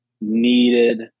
needed